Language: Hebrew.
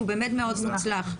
שהוא באמת מאוד מוצלח.